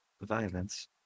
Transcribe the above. violence